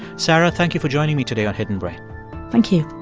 sarah, thank you for joining me today on hidden brain thank you